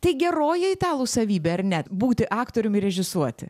tai geroji italų savybė ar ne būti aktorium ir režisuoti